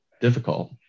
difficult